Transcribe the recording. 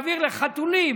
לחתולים,